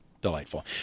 delightful